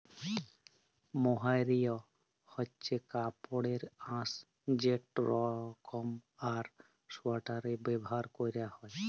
mohair হছে কাপড়ের আঁশ যেট লরম আর সোয়েটারে ব্যাভার ক্যরা হ্যয়